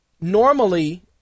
normally